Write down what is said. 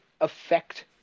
affect